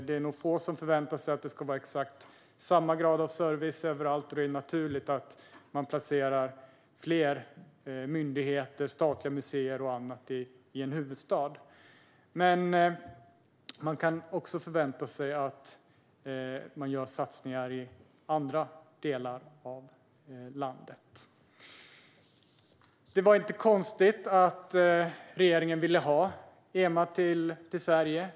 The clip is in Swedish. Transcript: Det är nog få som väntar sig att det ska vara exakt samma grad av service överallt. Det är naturligt att man placerar fler myndigheter, statliga museer och annat i en huvudstad. Men man kan också vänta sig att man ska göra satsningar i andra delar av landet. Det var inte konstigt att regeringen ville ha EMA till Sverige.